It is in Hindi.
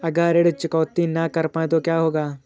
अगर ऋण चुकौती न कर पाए तो क्या होगा?